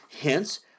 Hence